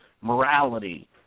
morality